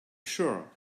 sure